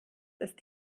ist